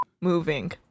moving